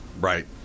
Right